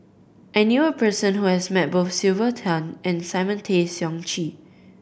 I knew a person who has met both Sylvia Tan and Simon Tay Seong Chee